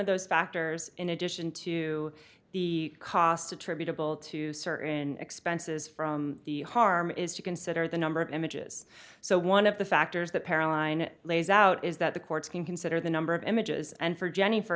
of those factors in addition to the costs attributable to serve in expenses from the harm is to consider the number of images so one of the factors that paralyzing it lays out is that the courts can consider the number of images and for jenny for